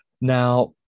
Now